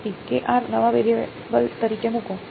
વિદ્યાર્થી નવા વેરિયેબલ તરીકે મૂકો